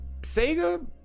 Sega